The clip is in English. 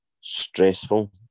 stressful